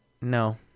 no